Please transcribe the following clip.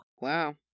Wow